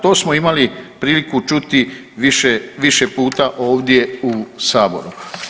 To smo imali priliku čuti više puta ovdje u Saboru.